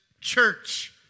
church